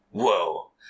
Whoa